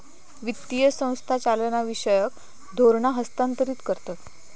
वित्तीय संस्था चालनाविषयक धोरणा हस्थांतरीत करतत